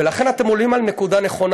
ולכן, אתם עולים על נקודה נכונה.